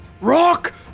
rock